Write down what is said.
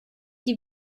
die